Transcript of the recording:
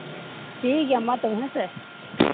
ᱴᱷᱤᱠᱜᱮᱭᱟ ᱢᱟ ᱛᱚᱵᱮ ᱦᱮᱸᱥᱮ